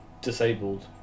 disabled